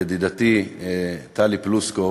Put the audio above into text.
ידידתי טלי פלוסקוב,